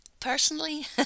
Personally